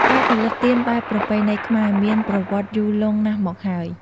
ការផលិតទៀនបែបប្រពៃណីខ្មែរ មានប្រវត្តិយូរលង់ណាស់មកហើយ។